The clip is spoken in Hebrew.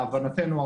להבנתנו,